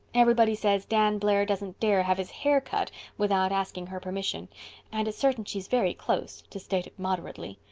everybody says dan blair doesn't dare have his hair cut without asking her permission and it's certain she's very close, to state it moderately.